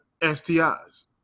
STIs